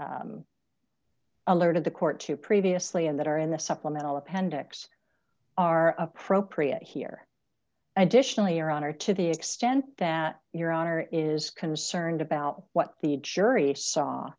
i alerted the court to previously and that are in the supplemental appendix are appropriate here additionally our honor to the extent that your honor is concerned about what the jury saw